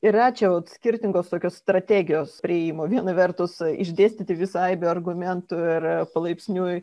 yra čia skirtingos tokios strategijos priėjimo viena vertus išdėstyti visai be argumentų ir palaipsniui